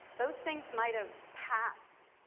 those things might have passed.